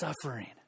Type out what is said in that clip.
suffering